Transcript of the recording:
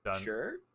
Sure